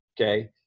Okay